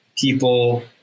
people